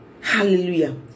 Hallelujah